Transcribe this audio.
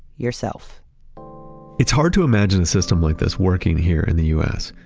yourself it's hard to imagine a system like this working here in the us.